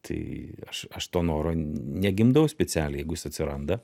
tai aš aš to noro negimdau specialiai jeigu jis atsiranda